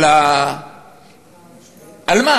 על מה?